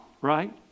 right